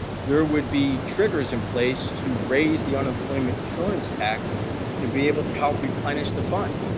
there would be triggers in place to raise the unemployment insurance tax to be able to help replenish the fund,